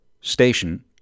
Station